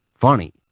funny